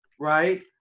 right